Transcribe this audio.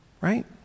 right